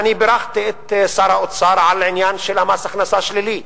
אני בירכתי את שר האוצר על העניין של מס הכנסה שלילי.